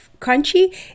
crunchy